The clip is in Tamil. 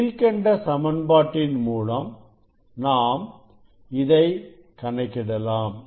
கீழ்க்கண்ட சமன்பாட்டின் மூலம் நாம் இதை கணக்கிடலாம்